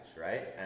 right